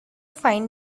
find